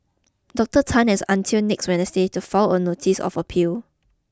Doctor Tan has until next Wednesday to file a notice of appeal